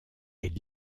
est